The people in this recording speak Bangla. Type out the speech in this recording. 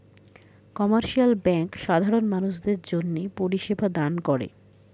কমার্শিয়াল ব্যাঙ্ক সাধারণ মানুষদের জন্যে পরিষেবা দান করে